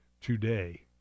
today